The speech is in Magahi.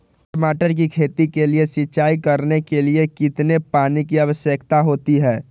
टमाटर की खेती के लिए सिंचाई करने के लिए कितने पानी की आवश्यकता होती है?